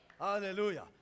Hallelujah